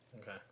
Okay